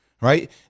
right